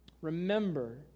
Remember